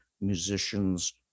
musicians